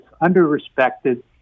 under-respected